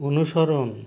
অনুসরণ